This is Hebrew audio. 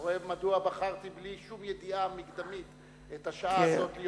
אתה רואה מדוע בחרתי בלי שום ידיעה מקדמית את השעה הזאת?